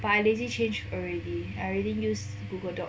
but I lazy change already I already use Google doc